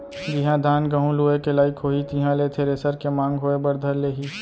जिहॉं धान, गहूँ लुए के लाइक होही तिहां ले थेरेसर के मांग होय बर धर लेही